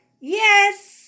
Yes